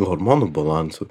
hormonų balansu